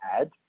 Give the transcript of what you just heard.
add